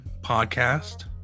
podcast